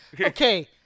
Okay